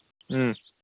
ꯎꯝ